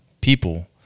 people